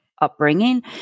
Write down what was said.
upbringing